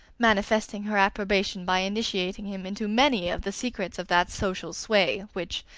manifesting her approbation by initiating him into many of the secrets of that social sway which,